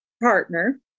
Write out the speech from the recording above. partner